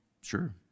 sure